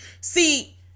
See